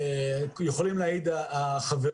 יכולים להעיד החברים